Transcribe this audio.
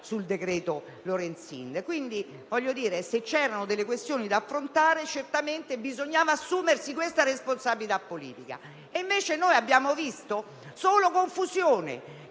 sul decreto Lorenzin). Se c'erano questioni da affrontare, certamente bisognava assumersi questa responsabilità politica. Invece abbiamo visto solo confusione,